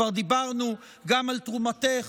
כבר דיברנו גם על תרומתך,